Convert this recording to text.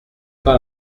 pas